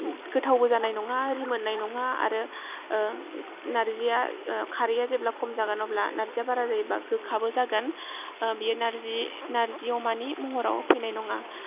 गोथावबो जानाय नङा रिमोन्नाय नङा आरो नारजिया खारैया जेब्ला खम जागोन अब्ला नारजिया बारा जायोबा गोखाबो जागोन बेयो नारजि अमानि महराव फैनाय नङा